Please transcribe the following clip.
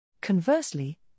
Conversely